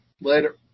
Later